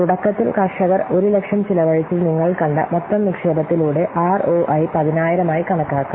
തുടക്കത്തിൽ കർഷകർ 100000 ചെലവഴിച്ചത് നിങ്ങൾ കണ്ട മൊത്തം നിക്ഷേപത്തിലൂടെ ആർഓഐ 10000 ആയി കണക്കാക്കാം